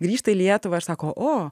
grįžta į lietuvą ir sako o